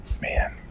Man